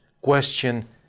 question